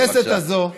בכנסת הזאת,